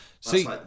See